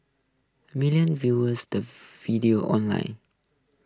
millions viewers the video online